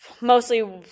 mostly